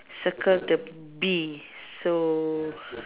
circle the bee so